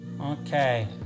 Okay